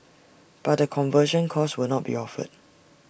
but the conversion course will not be offered